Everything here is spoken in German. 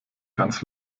ganz